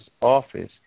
office